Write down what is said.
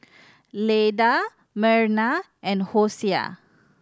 Leda Merna and Hosea